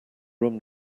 room